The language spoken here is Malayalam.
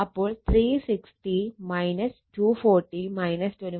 അപ്പോൾ 360 240 21